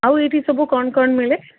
ଆଉ ଏଇଠି ସବୁ କ'ଣ କ'ଣ ମିଳେ